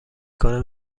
کنم